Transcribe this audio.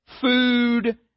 food